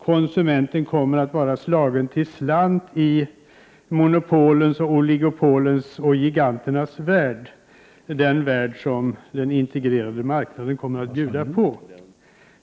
Konsumenten kommer att vara slagen till slant i monopolens, oligopolens och giganternas värld — den värld som den integrerade marknaden kommer att erbjuda.